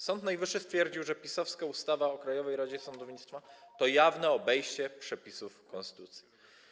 Sąd Najwyższy stwierdził, że PiS-owska ustawa o Krajowej Radzie Sądownictwa to jawne obejście przepisów konstytucji.